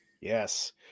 Yes